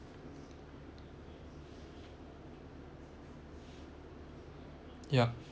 yup